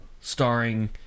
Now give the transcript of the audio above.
starring